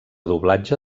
doblatge